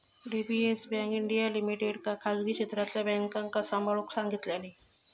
DBS bank India लिमिटेडका खासगी क्षेत्रातल्या बॅन्कांका सांभाळूक सांगितल्यानी